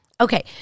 Okay